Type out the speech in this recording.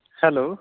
hello